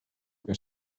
que